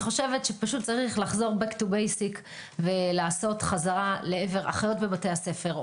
צריך לחזור לבסיס חזרה לאחיות בבתי הספר,